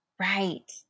Right